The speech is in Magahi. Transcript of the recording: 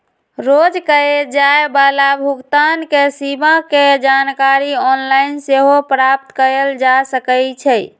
रोज कये जाय वला भुगतान के सीमा के जानकारी ऑनलाइन सेहो प्राप्त कएल जा सकइ छै